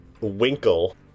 Winkle